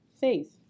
Faith